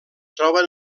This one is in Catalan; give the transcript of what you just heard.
troben